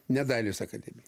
ne dailės akademija